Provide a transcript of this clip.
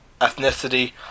ethnicity